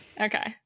Okay